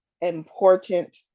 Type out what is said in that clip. important